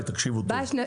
בשנתיים הבאות.